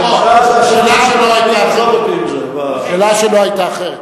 השאלה שלו היתה אחרת.